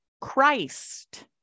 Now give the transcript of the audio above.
Christ